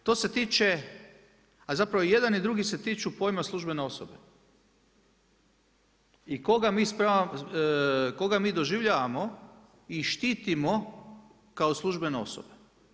Jedan to se tiče, a zapravo jedan i drugi se tiču pojma službene osobe i koga mi doživljavamo i štitimo kao službene osobe.